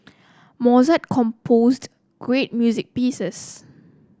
Mozart composed great music pieces